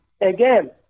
again